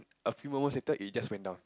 a few moments later it just went down